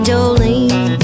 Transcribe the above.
Jolene